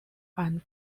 and